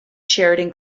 sheridan